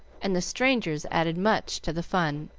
and the strangers added much to the fun.